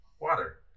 Water